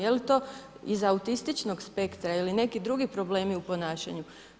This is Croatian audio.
Je li to iz autističnog spektra ili neki drugi problemi u ponašanju?